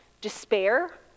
despair